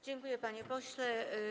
Dziękuję, panie pośle.